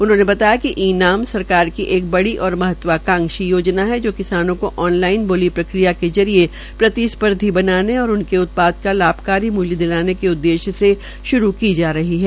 उन्होंने बताया कि ई नेम सरकार की एक बड़ी ओर महत्वकांशा योजना है जो किसानों को ऑन लाइन बोली प्रक्रिया के जरिये प्रतिस्पर्धी बनाने और उनके उत्पाद का लाभकारी मूल्य दिलाने को उद्देश्य से शुरू की जा रही है